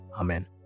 Amen